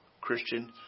Christian